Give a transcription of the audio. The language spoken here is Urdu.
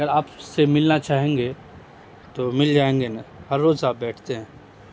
اگر آپ سے ملنا چاہیں گے تو مل جائیں گے نا ہر روز آپ بیٹھتے ہیں